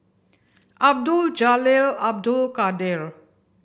Abdul Jalil Abdul Kadir